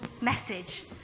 message